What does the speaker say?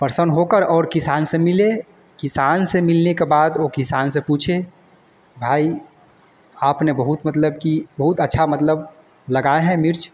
person होकर और किसान से मिले किसान से मिलने के बाद वो किसान से पूछे भाई आपने बहुत मतलब कि बहुत अच्छी मतलब लगाए हैं मिर्च